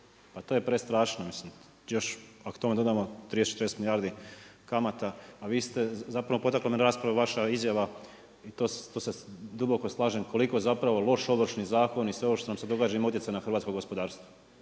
Pa to je prestrašno, mislim ako još k tome dodamo 30, 40 milijardi kamata pa vi ste, zapravo potakla me na raspravu vaša izjava, to se duboko slažem koliko je zapravo loš Ovršni zakon i sve ovo što nam se događa ima utjecaj na hrvatsko gospodarstvo.